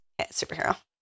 superhero